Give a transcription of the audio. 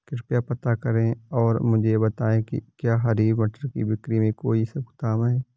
कृपया पता करें और मुझे बताएं कि क्या हरी मटर की बिक्री में कोई रोकथाम है?